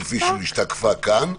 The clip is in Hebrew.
כפי שהשתקפה כאן.